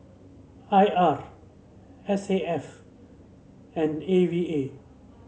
I R S A F and A V A